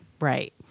Right